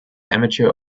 amateur